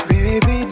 Baby